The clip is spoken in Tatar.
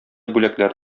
бүләкләр